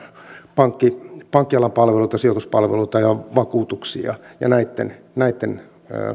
pankkialan palveluita sijoituspalveluita ja vakuutuksia eli näitten